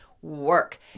work